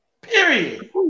Period